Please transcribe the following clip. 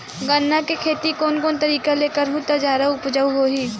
गन्ना के खेती कोन कोन तरीका ले करहु त जादा उपजाऊ होही?